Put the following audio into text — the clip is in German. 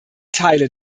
teile